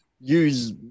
use